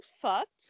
fucked